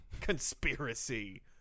Conspiracy